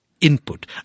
input